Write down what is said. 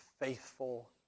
faithful